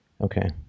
Okay